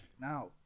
now